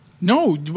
No